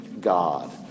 God